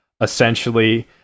essentially